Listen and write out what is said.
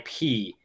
IP